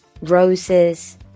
roses